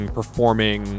performing